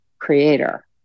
creator